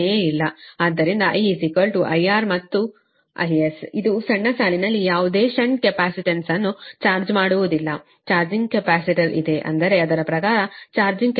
ಆದ್ದರಿಂದI IR IS ಆದರೆ ಸಣ್ಣ ಸಾಲಿನಲ್ಲಿ ಯಾವುದೇ ಷಂಟ್ ಕೆಪಾಸಿಟನ್ಸ್ ಅನ್ನು ಚಾರ್ಜ್ ಮಾಡುವುದಿಲ್ಲ ಚಾರ್ಜಿಂಗ್ ಕೆಪಾಸಿಟರ್ ಇದೆ ಅಂದರೆ ಅದರ ಪ್ರಕಾರ ಚಾರ್ಜಿಂಗ್ ಕೆಪಾಸಿಟನ್ಸ್